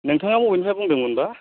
नोंथाङा बबेनिफ्राय बुंदोंमोन बा